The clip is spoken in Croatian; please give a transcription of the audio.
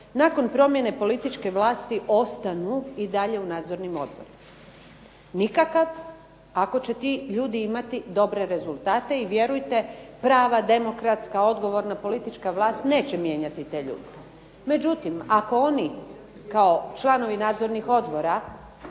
nakon promjene političke vlasti ostanu i dalje u nadzornim odborima. Nikakav ako će ti ljudi imati dobre rezultate i vjerujte prava, demokratska, odgovorna politička vlast neće mijenjati te ljude. Međutim, ako oni kao članovi nadzornih odbora